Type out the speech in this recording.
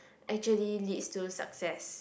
actually leads to success